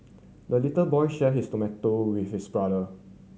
the little boy shared his tomato with his brother